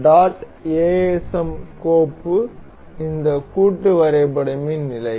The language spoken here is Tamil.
asm கோப்பு இந்த கூட்டு வரைபடமின் நிலை